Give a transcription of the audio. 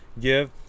give